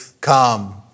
come